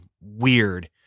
weird